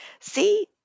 see